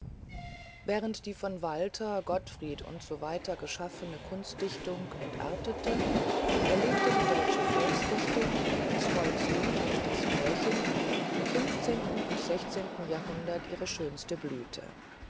während die von walter gottfried usw geschaffene kunstdichtung entartete erlebte die deutsche volksdichtung das volkslied und das märchen im fünfzehnten und sechzehnten jahrhundert ihre üppigste blüte